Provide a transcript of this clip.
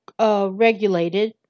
regulated